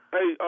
Hey